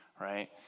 right